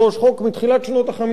חוק מתחילת שנות ה-50,